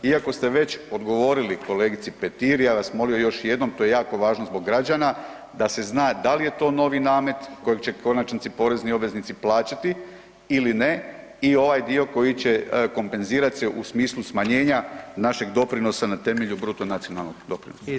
Iako ste već odgovorili kolegici Petir, ja bih vas molio još jednom to je jako važno zbog građana, da se zna da li je to novi namet koji će u konačnici porezni obveznici plaćati ili ne i ovaj dio koji će kompenzirati se u smislu smanjenja našeg doprinosa na temelju našeg bruto nacionalnog doprinosa?